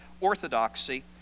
Orthodoxy